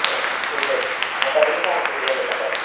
ହଉ ଠିକ୍ ଅଛି ମୁଁ କାଲି କି ପହଁଚୁଛି ହେଲା ସକାଳେ